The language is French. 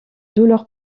douleur